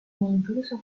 incluso